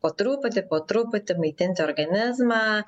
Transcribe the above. po truputį po truputį maitinti organizmą